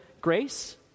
grace